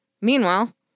Meanwhile